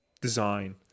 design